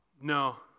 no